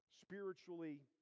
spiritually